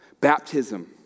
Baptism